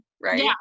right